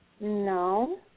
No